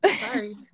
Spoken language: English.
Sorry